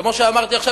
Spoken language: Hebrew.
כמו שאמרתי עכשיו,